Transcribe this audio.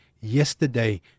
yesterday